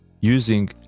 using